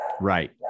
Right